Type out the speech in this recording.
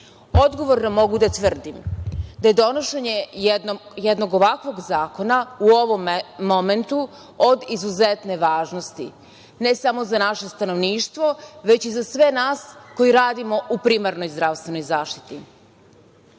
mogu da tvrdim da je donošenje jednog ovakvog zakona u ovom momentu od izuzetne važnosti, ne samo za naše stanovništvo, već i za sve nas koji radimo u primarnoj zdravstvenoj zaštiti. Ono